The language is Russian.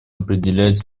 определять